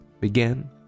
began